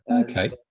okay